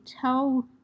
tell